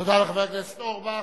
תודה לחבר הכנסת אורבך.